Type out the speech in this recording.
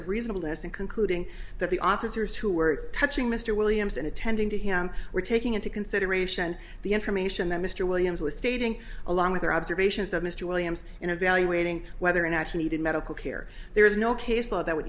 of reasonable ness and concluding that the officers who were touching mr williams and attending to him were taking into consideration the information that mr williams was stating along with their observations of mr williams and evaluating whether in actually needed medical care there is no case law that would